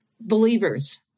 believers